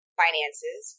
finances